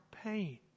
pain